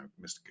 Mr